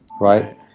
right